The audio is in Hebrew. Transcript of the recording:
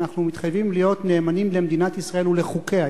אנחנו מתחייבים להיות נאמנים למדינת ישראל ולחוקיה.